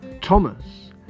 Thomas